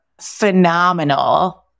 phenomenal